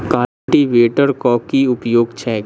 Cultivator केँ की उपयोग छैक?